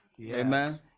Amen